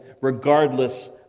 regardless